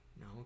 No